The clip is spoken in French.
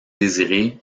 désiré